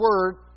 Word